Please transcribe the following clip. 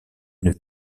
une